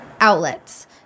outlets